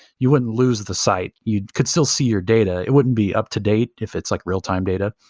you wouldn't lose the site. you could still see your data. it wouldn't be up-to-date if it's like real-time data,